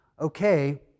okay